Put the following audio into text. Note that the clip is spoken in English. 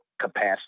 capacity